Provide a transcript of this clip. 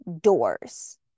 doors